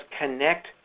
connect